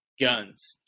guns